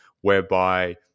whereby